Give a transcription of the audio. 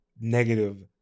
negative